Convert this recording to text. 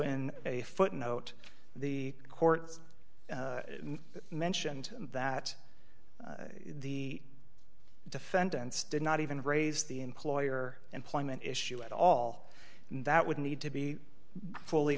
in a footnote the courts mentioned that the defendants did not even raise the employer employment issue at all and that would need to be fully